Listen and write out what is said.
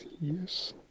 Yes